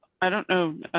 i don't know,